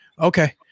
Okay